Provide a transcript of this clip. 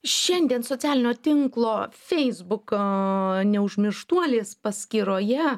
šiandien socialinio tinklo feisbuko neužmirštuolės paskyroje